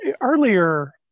earlier